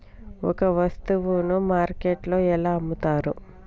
ఒక వస్తువును మార్కెట్లో ఎలా అమ్ముతరు?